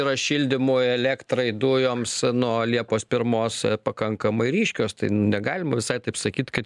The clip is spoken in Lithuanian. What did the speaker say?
yra šildymui elektrai dujoms nuo liepos pirmos pakankamai ryškios tai negalima visai taip sakyt kad